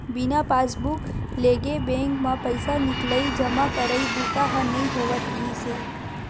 बिना पासबूक लेगे बेंक म पइसा निकलई, जमा करई बूता ह नइ होवत रिहिस हे